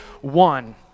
one